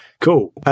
Cool